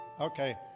Okay